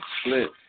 split